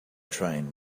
train